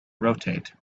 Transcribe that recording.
rotate